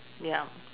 ya